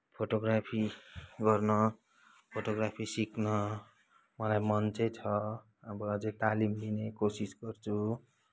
photography गर्न photography सिक्न मलाई मन चाहिँ छ अब अझै तालिम लिने कोसिस गर्छु